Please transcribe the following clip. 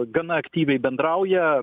gana aktyviai bendrauja